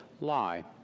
lie